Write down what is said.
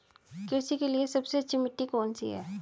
कृषि के लिए सबसे अच्छी मिट्टी कौन सी है?